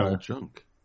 junk